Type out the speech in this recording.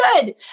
good